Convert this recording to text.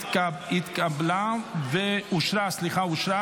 לוועדה שתקבע ועדת